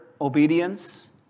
obedience